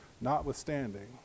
notwithstanding